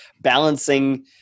balancing